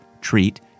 treat